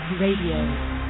Radio